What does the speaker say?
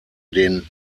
den